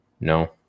No